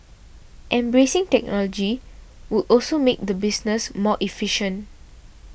embracing technology would also make the business more efficient